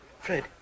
Fred